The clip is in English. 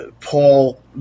Paul